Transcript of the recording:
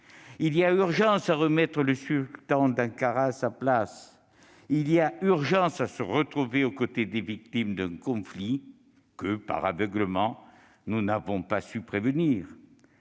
Il y a urgence à remettre le sultan d'Ankara à sa place. Il y a urgence à se retrouver aux côtés des victimes d'un conflit que, par aveuglement, nous n'avons pas su prévenir.